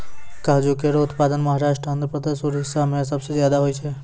काजू केरो उत्पादन महाराष्ट्र, आंध्रप्रदेश, उड़ीसा में सबसे जादा होय छै